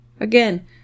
again